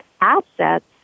assets